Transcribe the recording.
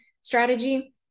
strategy